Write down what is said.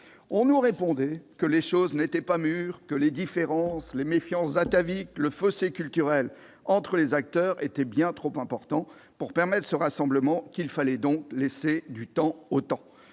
On nous répondait que les choses n'étaient pas mûres, que les différences, les méfiances ataviques, le fossé culturel entre les acteurs étaient bien trop importants pour permettre ce rassemblement, et qu'il fallait donc laisser du temps au temps.